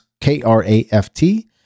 K-R-A-F-T